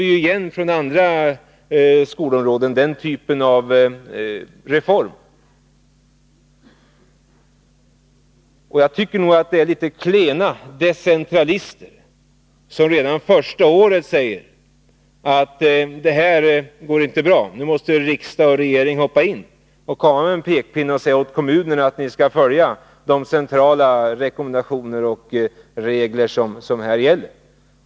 Denna typ av reform känner vi igen från andra skolområden. Jag tycker nog att det är litet klena decentralister, som redan första året säger att detta inte går bra och att riksdag och regering måste hoppa in och komma med en pekpinne åt kommunerna att följa de centrala rekommendationer och regler som här gäller.